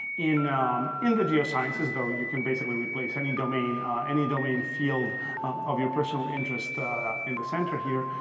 in in the geosciences though, you can basically replace any domain any domain field of your personal interest in the center here.